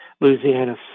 Louisiana